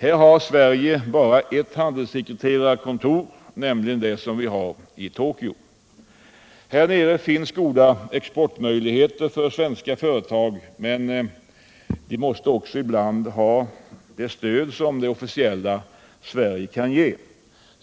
Här har Sverige bara ett handelssekreterarkontor, nämligen det i Tokyo. Här finns goda exportmöjligheter för svenska företag, men de måste ibland ha det stöd som det officiella Sverige kan ge.